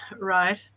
right